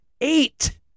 Eight